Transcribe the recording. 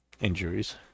injuries